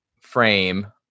frame